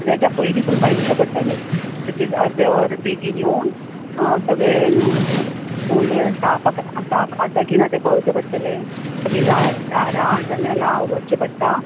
so ताच्या पयलीं तुका येवचें पडटलें एट लिस्ट अर्दें वर बेगीन येवन स्कूल साफ आसा की ना तें पळोवचें पडटलें मागीर दारां जनेलां उगडचीं पडटा